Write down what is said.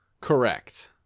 Correct